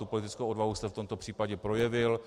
Tu politickou odvahu jste v tomto případě projevil.